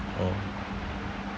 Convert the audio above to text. oh